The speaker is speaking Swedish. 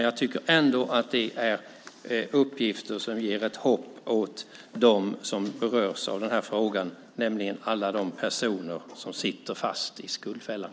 Jag tycker ändå att detta är uppgifter som ger hopp åt dem som berörs av den här frågan, nämligen alla de personer som sitter fast i skuldfällan.